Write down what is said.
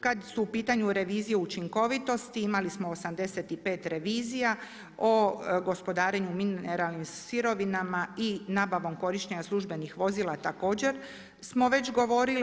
Kada su u pitanju revizije učinkovitosti imali smo 85 revizija, o gospodarenju mineralnim sirovinama i nabavom korištenja službenih vozila također smo već govorili.